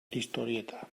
historieta